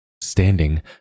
Standing